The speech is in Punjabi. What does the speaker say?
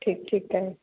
ਠੀਕ ਠੀਕ ਹੈ